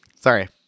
sorry